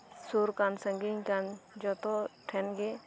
ᱥᱩᱨᱠᱟᱱ ᱥᱟᱺᱜᱤᱧ ᱠᱟᱱ ᱡᱚᱛᱚᱴᱷᱮᱱᱜᱤ